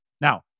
Now